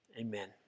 amen